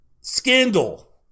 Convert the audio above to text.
Scandal